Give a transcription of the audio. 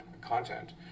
content